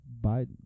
Biden